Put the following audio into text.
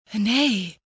Nay